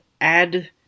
add